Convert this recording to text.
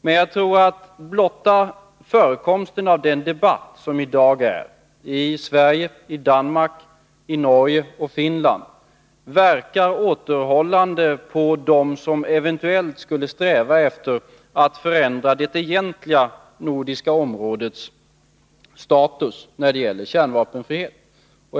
Men jag tror att blotta förekomsten av den debatt som i dag förs i Sverige, Danmark, Norge och Finland verkar återhållande på dem som eventuellt skulle sträva efter att förändra det egentliga nordiska områdets status när det gäller kärnvapenfrihet.